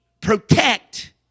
protect